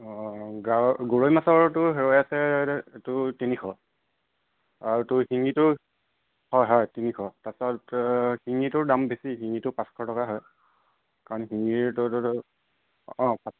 অঁ গা গৰৈ মাছৰটো হৈ আছে তোৰ তিনিশ আৰু তোৰ শিঙিটোৰ হয় হয় তিনিশ তাৰপাছতে শিঙিটোৰ দাম বেছি শিঙিটোৰ পাঁচশ টকা হয় কাৰণ শিঙিৰ টো অঁ পাঁচশ